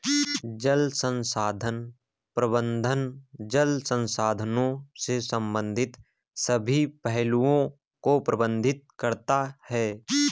जल संसाधन प्रबंधन जल संसाधनों से संबंधित सभी पहलुओं को प्रबंधित करता है